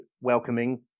welcoming